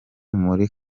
muri